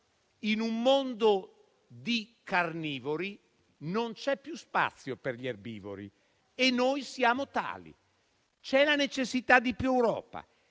in un mondo di carnivori, non c'è più spazio per gli erbivori e noi siamo tali. C'è la necessità di più Europa;